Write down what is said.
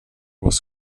was